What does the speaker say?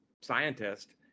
scientist